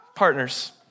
Partners